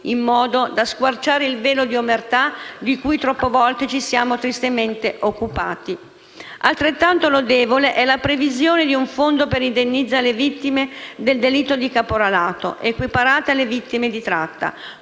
in modo da squarciare il velo di omertà di cui troppe volte ci siamo tristemente occupati. Altrettanto lodevole è la previsione di un fondo per indennizzi alle vittime del delitto di caporalato, equiparate alle vittime di tratta,